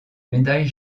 médaille